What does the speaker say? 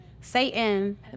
Satan